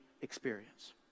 experience